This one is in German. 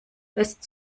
lässt